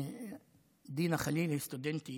דוניא חליל היא סטודנטית,